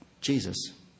Jesus